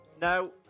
No